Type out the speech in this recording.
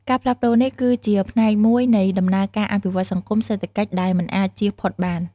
ការផ្លាស់ប្ដូរនេះ គឺជាផ្នែកមួយនៃដំណើរការអភិវឌ្ឍន៍សង្គម-សេដ្ឋកិច្ចដែលមិនអាចជៀសផុតបាន។